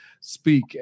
speak